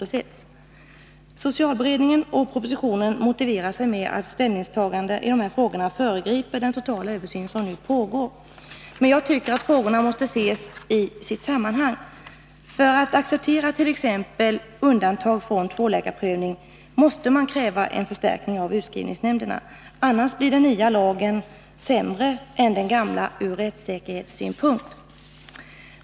I såväl socialberedningen som i propositionen anför man att ställningstagande i dessa frågor föregriper den totala översyn som nu pågår. Men jag tycker att frågorna måste ses i sitt sammanhang. För att man skall kunna acceptera t.ex. undantag från tvåläkarprövning krävs en förstärkning av utskrivningsnämnderna. Annars blir den nya lagen sämre än den gamla ur rättssäkerhetssynpunkt.